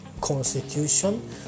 constitution